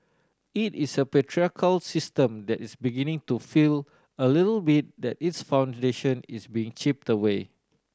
it is a patriarchal system that is beginning to feel a little bit that its foundation is being chipped away